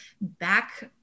back